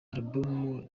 album